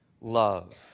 love